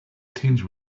tinged